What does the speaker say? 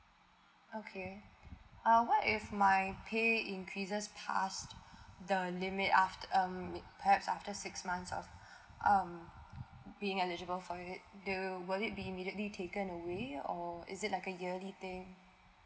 okay uh what if my pay increases pass the limit after um perhaps after six months of um being eligible for it you will it be immediately taken away or is it like a yearly thing